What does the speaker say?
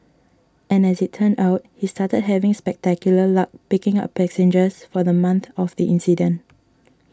and as it turned out he started having spectacular luck picking up passengers for the month of the incident